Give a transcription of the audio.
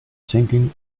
sinking